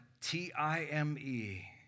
T-I-M-E